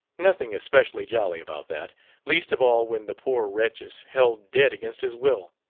nothing especially jolly about that least of all when the poor wretch is held dead against his will.